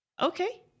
Okay